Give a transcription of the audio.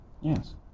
Yes